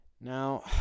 Now